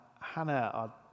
Hannah